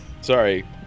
sorry